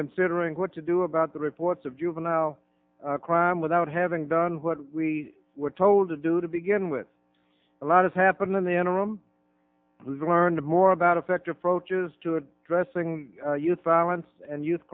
considering what to do about the reports of juvenile crime without having done what we were told to do to begin with a lot of happen in the interim learned more about effective approaches to addressing youth violence and youth